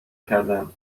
کردم